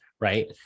right